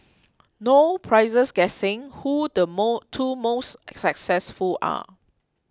no prizes guessing who the more two most successful are